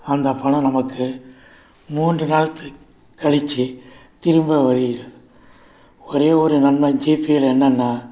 அந்த பணம் நமக்கு மூன்று நாள் கழிச்சி திரும்ப வருகிறது ஒரே ஒரு நன்மை ஜிபேயில் என்னென்னா